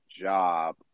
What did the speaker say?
job